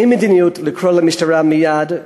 אין מדיניות לקרוא למשטרה מייד.